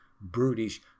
brutish